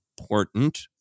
important